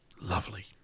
Lovely